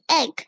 egg